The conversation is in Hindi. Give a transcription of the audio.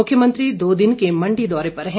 मुख्यमंत्री दो दिन के मंडी दौरे पर है